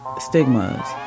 stigmas